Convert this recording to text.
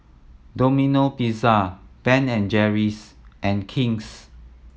Domino Pizza Ben and Jerry's and King's